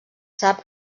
sap